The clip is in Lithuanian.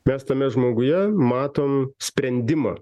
mes tame žmoguje matom sprendimą